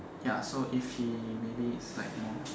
ya so if he maybe he's like more